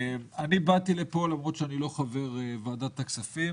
אני באתי לכאן למרות שאני לא חבר ועדת הכספים